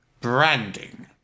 branding